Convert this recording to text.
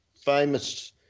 famous